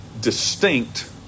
distinct